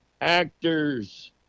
actors